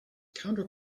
counter